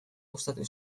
gustatu